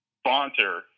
sponsor